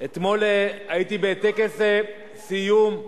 אתמול הייתי בטקס סיום,